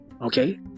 Okay